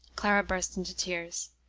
clara burst into tears.